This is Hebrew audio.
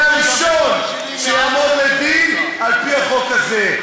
אתה תהיה הראשון שיעמוד לדין על-פי החוק הזה.